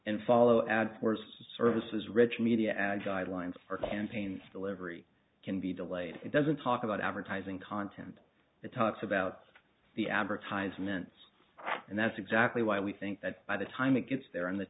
and follow ads for services rich media guidelines or campaign delivery can be delayed it doesn't talk about advertising content it talks about the advertisements and that's exactly why we think that by the time it gets there on the